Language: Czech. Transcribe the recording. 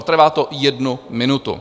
Trvá to jednu minutu.